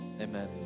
Amen